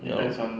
ya lor